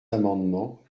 amendement